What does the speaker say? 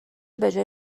بجای